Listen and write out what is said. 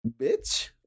Bitch